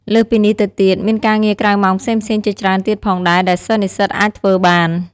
លើសពីនេះទៅទៀត មានការងារក្រៅម៉ោងផ្សេងៗជាច្រើនទៀតផងដែរ ដែលសិស្សនិស្សិតអាចធ្វើបាន។